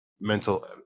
mental